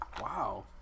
Wow